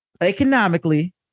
economically